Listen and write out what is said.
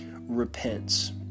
repents